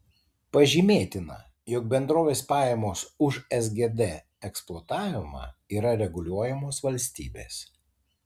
pažymėtina jog bendrovės pajamos už sgd eksploatavimą yra reguliuojamos valstybės